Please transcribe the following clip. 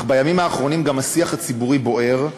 אך בימים האחרונים גם השיח הציבורי בוער,